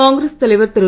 காங்கிரஸ் தலைவர் திரு